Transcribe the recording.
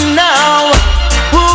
now